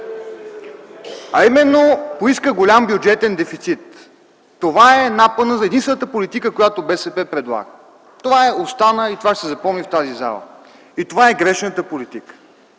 а именно поиска голям бюджетен дефицит. Това е напънът за единствената политика, която БСП предлага. Това остана и това ще се запомни в тази зала. И това е грешната политика.